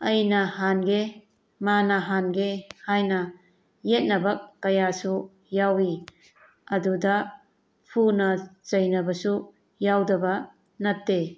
ꯑꯩꯅ ꯍꯥꯟꯒꯦ ꯃꯥꯅ ꯍꯥꯟꯒꯦ ꯍꯥꯏꯅ ꯌꯦꯠꯅꯕ ꯀꯌꯥꯁꯨ ꯌꯥꯎꯏ ꯑꯗꯨꯗ ꯐꯨꯅ ꯆꯩꯅꯕꯁꯨ ꯌꯥꯎꯗꯕ ꯅꯠꯇꯦ